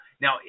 Now